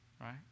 right